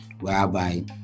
whereby